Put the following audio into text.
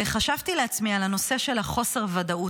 חשבתי לעצמי על הנושא של חוסר הוודאות,